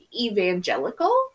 evangelical